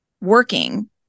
working